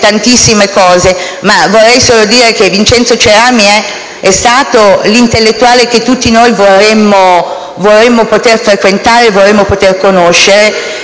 tantissime cose. Dico solo che Vincenzo Cerami è stato l'intellettuale che tutti noi vorremmo poter frequentare e conoscere,